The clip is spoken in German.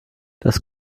das